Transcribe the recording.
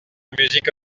musique